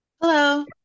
Hello